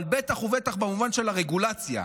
אבל בטח ובטח במובן של הרגולציה.